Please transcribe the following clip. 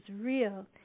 real